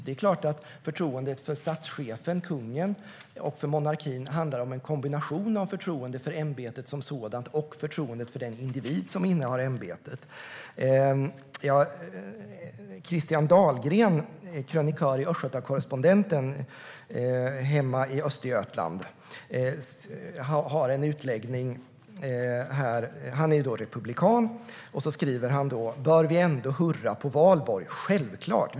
Det är klart att förtroendet för statschefen, kungen, och för monarkin handlar om en kombination av förtroende för ämbetet som sådant och förtroendet för den individ som innehar ämbetet. Christian Dahlgren, krönikör i Östgöta Correspondenten hemma i Östergötland, är republikan och skriver: Bör vi ändå hurra på valborg? Självklart.